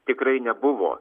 tikrai nebuvo